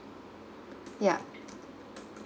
yeah